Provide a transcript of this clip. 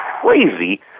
crazy